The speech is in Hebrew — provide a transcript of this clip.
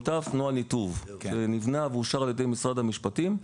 יש נוהל ניתוב שנבנה ואושר על-ידי משרד המשפטים,